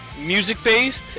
music-based